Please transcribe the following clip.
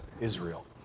Israel